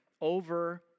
over